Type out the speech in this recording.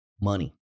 money